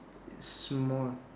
is small